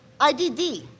IDD